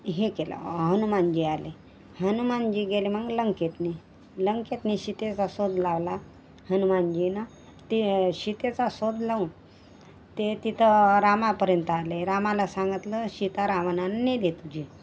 हे केलं हनुमानजी आले हनुमानजी गेले मग लंकेतनं लंकेतनं सीतेचा शोध लावला हनुमानजीनं ते सीतेचा शोध लावून ते तिथं रामापर्यंत आले रामाला सांगितलं सीता रावणानं नेली तुझी